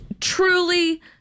truly